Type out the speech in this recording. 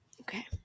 Okay